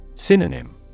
Synonym